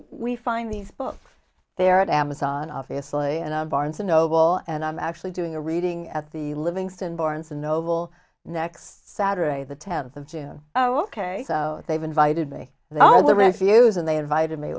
we find these books there at amazon obviously and barnes and noble and i'm actually doing a reading at the livingston barnes and noble next saturday the tenth of june ok so they've invited me all the refuse and they invited me